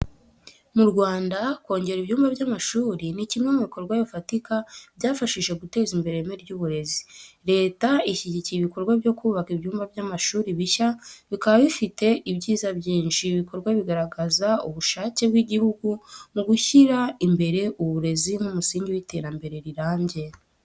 Mu Rwanda, kongera ibyumba by’amashuri ni kimwe mu bikorwa bifatika byafashije guteza imbere ireme ry’uburezi. Leta ishyigikiye ibikorwa byo kubaka ibyumba by’amashuri bishya, bikaba bifite ibyiza byinshi. Ibi bikorwa bigaragaza ubushake bw’igihugu mu gushyira imbere uburezi nk’umusingi w’iterambere rirambye.